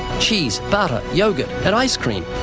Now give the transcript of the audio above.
cheese, butter, yogurt, and ice cream,